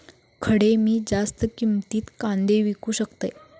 खडे मी जास्त किमतीत कांदे विकू शकतय?